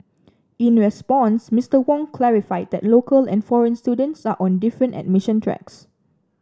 in response Mister Wong clarified that local and foreign students are on different admission tracks